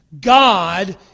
God